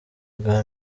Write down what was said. ubwa